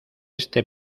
este